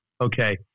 Okay